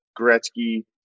Gretzky